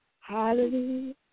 Hallelujah